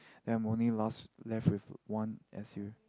ya I am only last left with one S_U